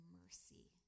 mercy